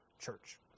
church